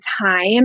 time